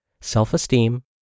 self-esteem